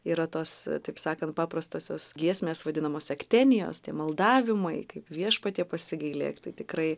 yra tos taip sakant paprastosios giesmės vadinamos aktenijos tie maldavimai kaip viešpatie pasigailėk tai tikrai